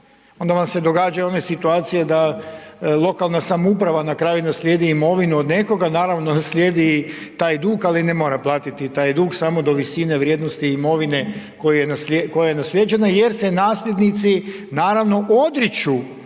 onda vam se događaju one situacije da lokalna samouprava na kraju naslijedi imovinu od nekoga, naravno naslijedi taj dug ali ne mora platiti taj dug samo do visine vrijednosti imovine koja je naslijeđena jer se nasljednici naravno odriču